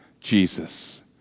Jesus